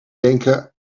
denken